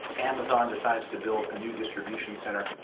amazon decides to build a new distribution center,